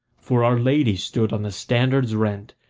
for our lady stood on the standards rent,